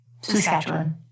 Saskatchewan